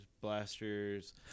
Blasters